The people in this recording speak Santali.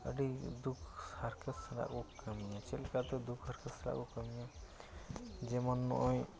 ᱟᱹᱰᱤ ᱫᱩᱠ ᱦᱟᱨᱠᱮᱛ ᱥᱟᱞᱟᱜ ᱠᱚ ᱠᱟᱹᱢᱤᱭᱟ ᱪᱮᱫ ᱞᱮᱠᱟᱛᱮ ᱫᱩᱠ ᱦᱟᱨᱠᱮᱛ ᱥᱟᱞᱟᱜ ᱠᱚ ᱠᱟᱹᱢᱤᱭᱟ ᱡᱮᱢᱚᱱ ᱱᱚᱜᱼᱚᱭ